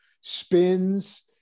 spins